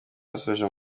basoje